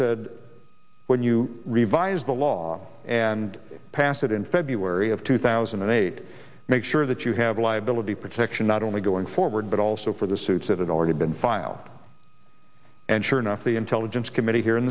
said when you revise the law and pass it in february of two thousand and eight make sure that you have liability protection not only going forward but also for the suits that had already been filed and sure enough the intelligence committee here in